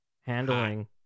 handling